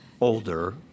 Older